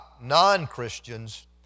non-Christians